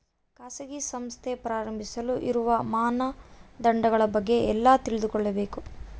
ಖಾಸಗಿ ಸಂಸ್ಥೆ ಪ್ರಾರಂಭಿಸಲು ಇರುವ ಮಾನದಂಡಗಳ ಬಗ್ಗೆ ಎಲ್ಲಿ ತಿಳ್ಕೊಬೇಕು?